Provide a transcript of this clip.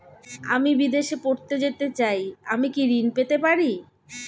আমি বিদেশে পড়তে যেতে চাই আমি কি ঋণ পেতে পারি?